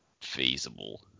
feasible